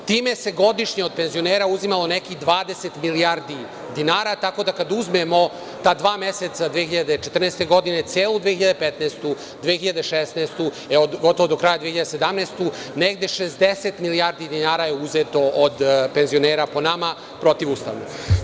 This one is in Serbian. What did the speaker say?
Time se godišnje od penzionera uzimalo nekih 20 milijardi dinara, tako da, ako uzmemo ta dva meseca 2014. godine, celu 2015, 2016. i gotovo do kraja 2017. godinu, negde 60 milijardi dinara je uzeto od penzionera, po nama protivustavno.